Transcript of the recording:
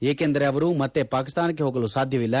ಏಕೆಂದರೆ ಅವರು ಮತ್ತೆ ಪಾಕಿಸ್ತಾನಕ್ಕೆ ಹೋಗಲು ಸಾಧ್ಯವಿಲ್ಲ